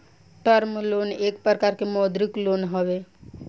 term loan एक प्रकार के मौदृक लोन हवे